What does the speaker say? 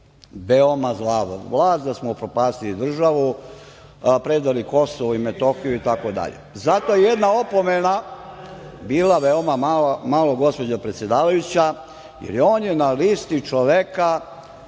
veoma zla vlast, da smo upropastili državu, predali Kosovo i Metohiju itd. Zato je jedna opomena bila veoma mala, gospođo predsedavajuća, jer je on na listi čoveka